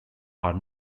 are